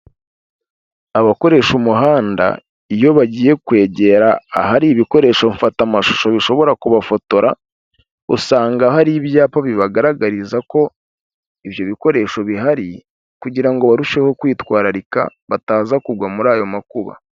Abakoresha umuhanda iyo bagiye kwegera ahari ibikoresho mfata amashusho bishobora kubafotora, usanga hari ibyapa bibagaragariza ko ibyo bikoresho bihari, kugira ngo barusheho kwitwararika bataza kugwa muri ayo makuba.